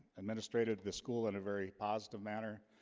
administrated the school in a very positive manner,